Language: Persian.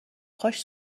کاش